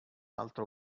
altro